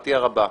לשמחתי הרבה,